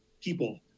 people